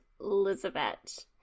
Elizabeth